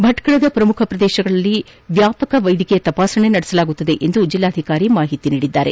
ಭಟ್ನಳದ ಪ್ರಮುಖ ಪ್ರದೇಶಗಳಲ್ಲಿ ವ್ಯಾಪಕ ವೈದ್ಯಕೀಯ ತಪಾಸಣೆ ನಡೆಸಲಾಗುವುದು ಎಂದು ಜಿಲ್ನಾಧಿಕಾರಿ ಮಾಹಿತಿ ನೀಡಿದ್ದಾರೆ